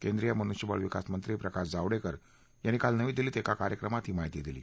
केंद्रीय मनुष्यबळ विकास मंत्री प्रकाश जावडेकर यांनी काल नवी दिल्लीत एका कार्यक्रमात ही माहिती दिली